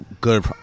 good